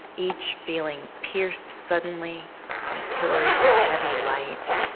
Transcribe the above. each feeling pierced suddenly by pillars of heavy light.